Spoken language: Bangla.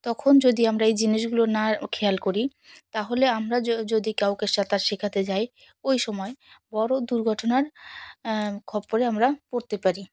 তখন যদি আমরা এই জিনিসগুলো না খেয়াল করি তাহলে আমরা যদি কাউকে সাঁতার শেখাতে যাই ওই সময় বড়ো দুর্ঘটনার খপ্পরে আমরা পড়তে পারি